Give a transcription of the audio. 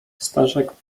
staszek